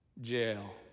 Jail